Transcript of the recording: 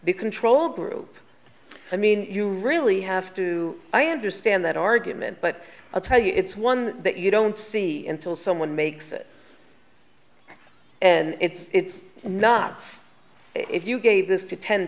the control group i mean you really have to i understand that argument but i'll tell you it's one that you don't see in till someone makes it and it's not if you gave this to ten